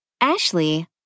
Ashley